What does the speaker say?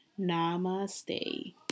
Namaste